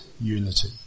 unity